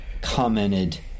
commented